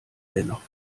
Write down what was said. dennoch